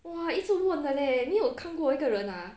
!wah! 一直问的 leh 没有看过一个人 ah